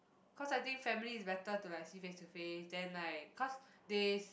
cause I think family is better to like see face to face then like cause they